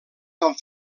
amb